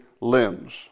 limbs